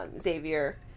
Xavier